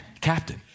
Captain